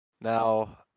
Now